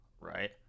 right